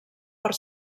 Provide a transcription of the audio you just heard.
per